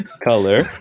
Color